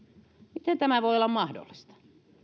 miten tämä voi olla mahdollista